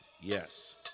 Yes